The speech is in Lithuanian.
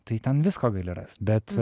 tai ten visko gali rast bet